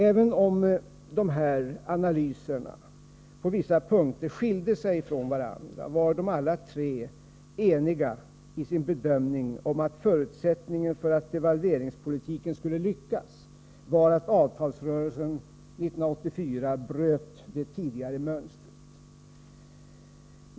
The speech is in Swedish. Även om analyserna på vissa punkter skilde sig från varandra, var alla tre eniga i sin bedömning att förutsättningen för att devalveringspolitiken skulle lyckas var att avtalsrörelsen 1984 bröt det tidigare mönstret.